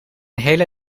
hele